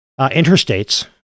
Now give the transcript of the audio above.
interstates